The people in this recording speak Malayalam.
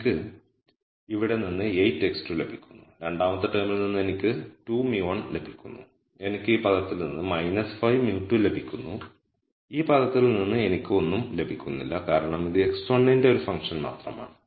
എനിക്ക് ഇവിടെ നിന്ന് 8 x2 ലഭിക്കുന്നു രണ്ടാമത്തെ ടേമിൽ നിന്ന് എനിക്ക് 2 μ1 ലഭിക്കുന്നു എനിക്ക് ഈ പദത്തിൽ നിന്ന് 5 μ2 ലഭിക്കുന്നു ഈ പദത്തിൽ നിന്ന് എനിക്ക് ഒന്നും ലഭിക്കുന്നില്ല കാരണം ഇത് x1 ന്റെ ഒരു ഫംഗ്ഷൻ മാത്രമാണ്